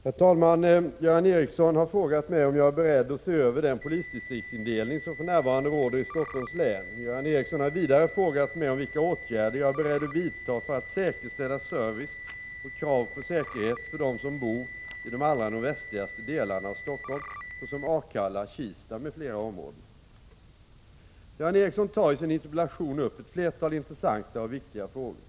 Herr talman! Göran Ericsson har frågat mig om jag är beredd att se över den polisdistriktsindelning som för närvarande råder i Stockholms län. Göran Ericsson har vidare frågat mig vilka åtgärder jag är beredd att vidta för att säkerställa service och krav på säkerhet för dem som bor i de allra nordvästligaste delarna av Stockholm, såsom Akalla, Kista m.fl. områden. Göran Ericsson tar i sin interpellation upp ett flertal intressanta och viktiga frågor.